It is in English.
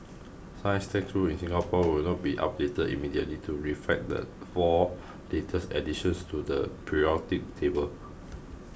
science textbooks in Singapore will not be updated immediately to reflect the four latest additions to the periodic table